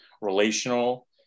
relational